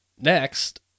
next